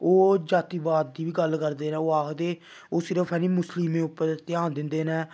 ओह् जातिवाद दी बी गल्ल करदे न ओह् आखदे ओह् सिर्फ जानि मुस्लिमें उप्पर ध्यान दिंदे न